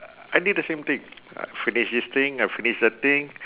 I did the same thing I finish this thing I finish that thing